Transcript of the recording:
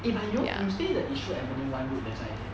eh are you all you stay in the yishun avenue one road that side is it